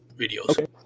videos